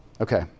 Okay